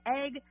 egg